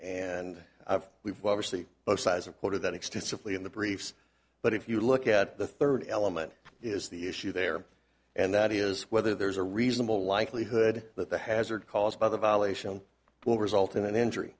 and we've ever see both sides of quarter that extensively in the briefs but if you look at the third element is the issue there and that is whether there's a reasonable likelihood that the hazard caused by the violation will result in an injury